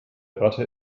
ratte